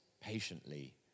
patiently